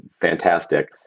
fantastic